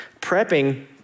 prepping